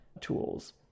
tools